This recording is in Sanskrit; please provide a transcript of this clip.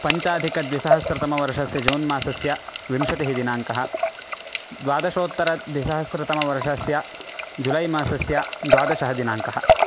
पञ्चाधिकद्विसहस्रतमवर्षस्य जून् मासस्य विंशतिः दिनाङ्कः द्वादशोत्तरद्विसहस्रतमवर्षस्य जुलै मासस्य द्वादशः दिनाङ्कः